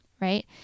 right